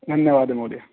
धन्यवादः महोदय